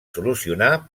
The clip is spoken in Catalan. solucionar